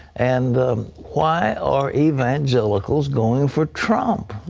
and why are evangelicals going for trump?